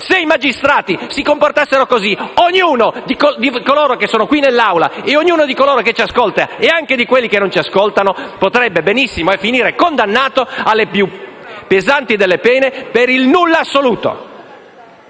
Se i magistrati si comportassero così, ognuno di noi qui presenti in Aula e ognuno di coloro che ci ascoltano (e anche di coloro che non ci ascoltano) potrebbe benissimo finire condannato alle più pesanti delle pene per il nulla assoluto!